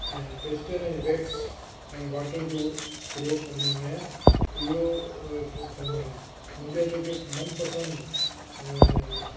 ऐं पेस्टल ऐं वैक्स ऐं वॉटर जो प्रयोग कंदो आहियां इहो कंदो आहियां मुंहिंजा जेके मनपसंदि ऐं